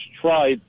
tried